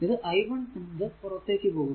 ഈ i1 എന്നത് പുറത്തേക്ക് പോകുന്നു